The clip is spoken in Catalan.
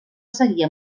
seguir